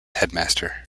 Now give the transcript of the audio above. headmaster